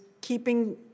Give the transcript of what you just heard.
keeping